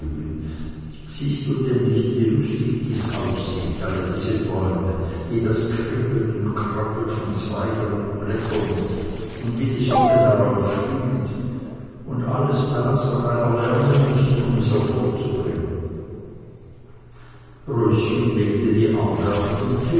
siehst du denn nicht wie lustig dies aussieht alle diese bäume wie das kribbelt und krabbelt von zweigen und blättern und wie die sonne darauf spielt und alles das hat einer lernen müssen um es hervorzubringen röschen legte die arme auf den